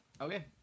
Okay